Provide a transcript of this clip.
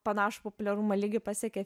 panašų populiarumo lygį pasiekė